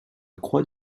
croix